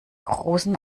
großen